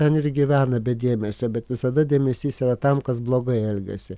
ten ir gyvena be dėmesio bet visada dėmesys yra tam kas blogai elgiasi